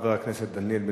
חבר הכנסת דניאל בן-סימון,